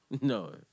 No